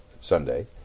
Sunday